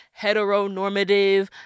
heteronormative